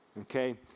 okay